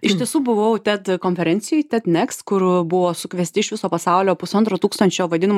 iš tiesų buvau ted konferencijoj ted next kur buvo sukviesti iš viso pasaulio pusantro tūkstančio vadinamų